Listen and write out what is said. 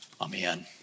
Amen